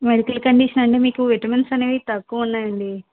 medical condition అండి మీకు vitamins అనేవి తక్కువ ఉన్నాయండి